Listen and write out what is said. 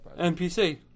NPC